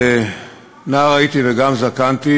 נער הייתי וגם זקנתי,